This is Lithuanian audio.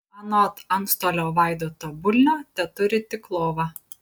anot antstolio vaidoto bulnio teturi tik lovą